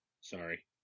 sorry